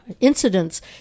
incidents